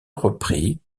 repris